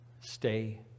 stay